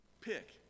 pick